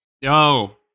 yo